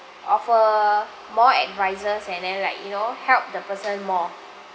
offer more advices and then like you know help the person more